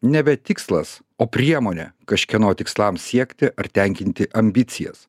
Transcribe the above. nebe tikslas o priemonė kažkieno tikslams siekti ar tenkinti ambicijas